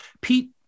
Pete